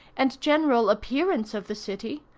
and general appearance of the city,